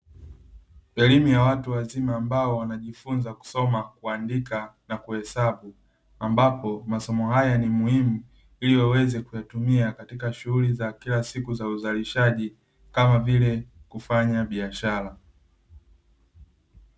Elimu ya watu wazima ambao wanajifunza kusoma, kuandika na kuhesabu ambapo masomo haya ni muhimu ili waweze kuyatumia katika shughuli za kila siku za uzalishaji kama vile, kufanya biashara.